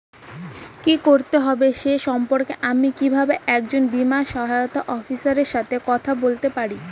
কী করতে হবে সে সম্পর্কে আমি কীভাবে একজন বীমা সহায়তা অফিসারের সাথে কথা বলতে পারি?